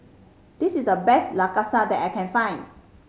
this is the best Lasagne that I can find